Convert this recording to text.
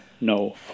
no